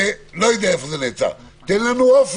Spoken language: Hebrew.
זה נראה רע מאוד.